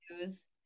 news